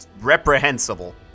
reprehensible